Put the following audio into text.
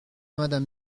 madame